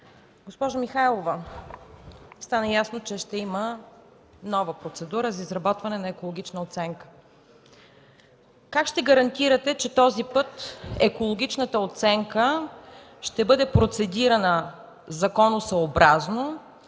Госпожо Михайлова, стана ясно, че ще има нова процедура за изработване на екологична оценка. Как ще гарантирате, че този път екологичната оценка ще бъде процедирана законосъобразно